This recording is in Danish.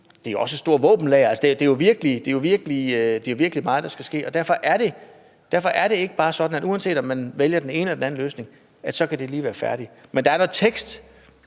Det er jo også et stort våbenlager. Det er jo virkelig meget, der skal ske, og derfor er det ikke bare sådan, at uanset om man vælger den ene eller den anden løsning, kan det bare lige nå at blive færdigt. Men der er da noget af